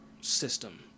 system